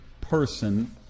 person